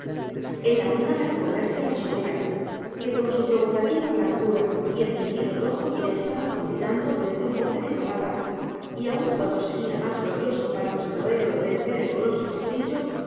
era una la de comerse las obleas que con su provocativa blancura y encendido rojo le estaban convidando desde un bote de hojalata y aun cuando sería más glorioso para nuestro héroe vencer el goloso capricho